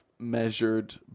measured